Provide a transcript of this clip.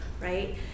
right